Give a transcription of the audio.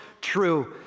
true